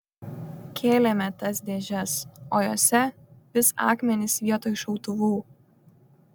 kėlėme tas dėžes o jose vis akmenys vietoj šautuvų